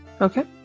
Okay